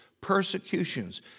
persecutions